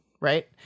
Right